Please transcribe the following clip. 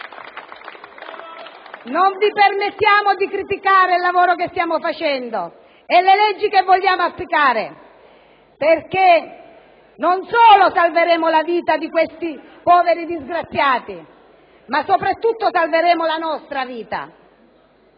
Non vi permettiamo di criticare il lavoro che stiamo svolgendo e le misure che intendiamo applicare, perché non solo salveremo la vita di questi poveri disgraziati, ma soprattutto salveremo la nostra vita.